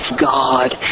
God